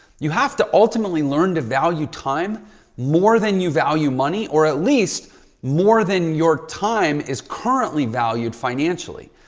you have to ultimately learn to value time more than you value money or at least more than your time is currently valued financially.